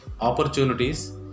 opportunities